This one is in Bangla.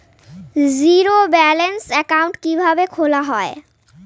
জিরো ব্যালেন্স একাউন্ট কিভাবে খোলা হয়?